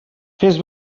fes